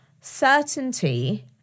certainty